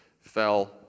fell